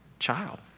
child